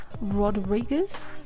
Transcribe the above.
Rodriguez